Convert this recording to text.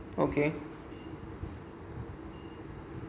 okay